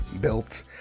built